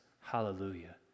hallelujah